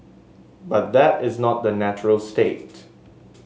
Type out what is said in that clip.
but that is not the natural state